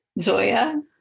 Zoya